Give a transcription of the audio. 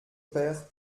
père